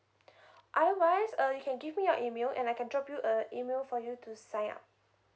otherwise uh you can give me your email and I can drop you a email for you to sign up